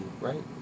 right